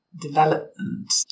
development